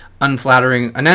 unflattering